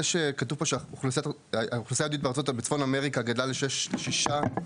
זה שכתוב פה שהאוכלוסייה היהודית בצפון אמריקה גדלה ל-6.8